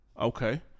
okay